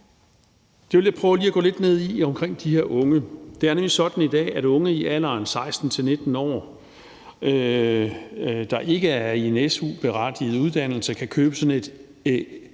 Jeg vil lige gå lidt ned i det her med de unge. Det er nemlig sådan i dag, at unge i alderen 16-19 år, der ikke er i en su-berettiget uddannelse, kan købe sådan et